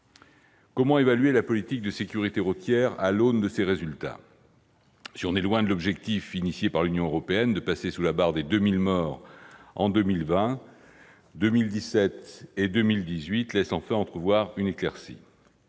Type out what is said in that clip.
Comment évaluer la politique de sécurité routière à l'aune de ses résultats ? Si l'on est loin de l'objectif, fixé par l'Union européenne, de passer sous la barre des 2 000 morts en 2020, les années 2017 et 2018 laissent enfin entrevoir une éclaircie.